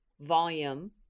volume